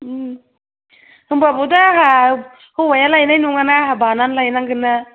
उम होमबाबो दा आहा हौवाया लायनाय नङाना आहा बानानै लायनांगोनना